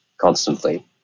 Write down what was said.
constantly